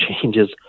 changes